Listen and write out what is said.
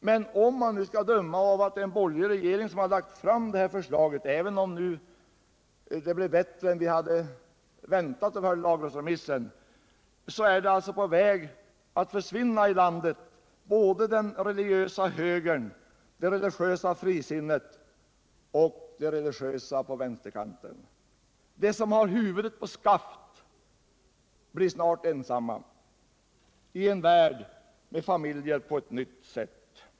Med tanke på att det är en borgerlig regering som lagt fram det här förslaget — även om det genom lagrådsremissen blev bättre än väntat — är både den religiösa högern, det religiösa frisinnet och den religiösa vänsterkanten på väg att försvinna i vårt land. De som har huvudet på skaft blir snart ensamma i en värld med familjer på ett nytt sätt.